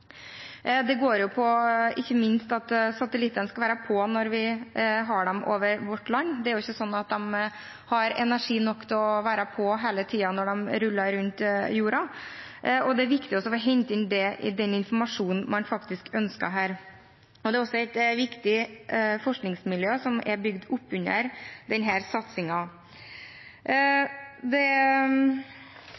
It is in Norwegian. Det går ikke minst på at satellittene skal være på når vi har dem over landet vårt. Det er ikke slik at de har energi nok til å være på hele tiden når de ruller rundt jorda, og det er viktig å få hentet inn den informasjonen man faktisk ønsker her. Det er også et viktig forskningsmiljø som er bygd opp rundt denne satsingen. I tillegg ønsker vi å ha fokus på primærnæringene, som det var sagt tidligere her,